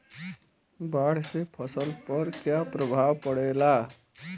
बाढ़ से फसल पर क्या प्रभाव पड़ेला?